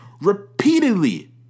repeatedly